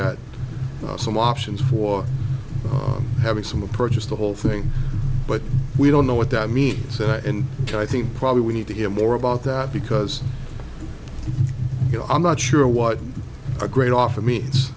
at some options for having some approaches the whole thing but we don't know what that means and i think probably we need to hear more about that because you know i'm not sure what a great offer means